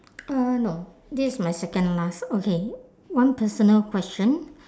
uh no this is my second last okay one personal question